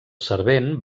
servent